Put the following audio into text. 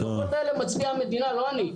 בדוחות האלה מצביעה המדינה, לא אני.